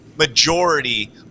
majority